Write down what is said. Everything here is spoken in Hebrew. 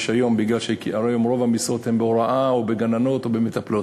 הרי רוב המשרות היום הן בהוראה או גננות או מטפלות.